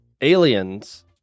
Aliens